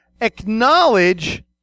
acknowledge